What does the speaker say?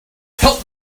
help